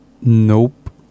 nope